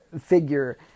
Figure